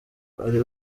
ari